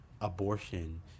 abortion